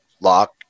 lock